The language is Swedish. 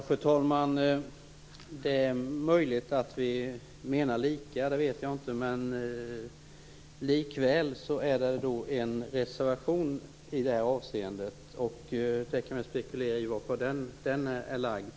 Fru talman! Det är möjligt att vi menar lika - det vet jag inte - men likväl är det en reservation på den här punkten, och man kan spekulera om varför den har avgivits.